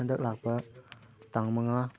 ꯍꯟꯗꯛ ꯂꯥꯛꯄ ꯇꯥꯡ ꯃꯉꯥ